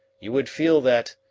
you would feel that,